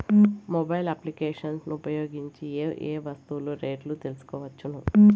Mobile applications ను ఉపయోగించి ఏ ఏ వస్తువులు రేట్లు తెలుసుకోవచ్చును?